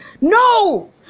no